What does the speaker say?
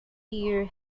year